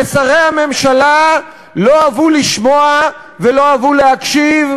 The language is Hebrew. ושרי הממשלה לא אהבו לשמוע ולא אהבו להקשיב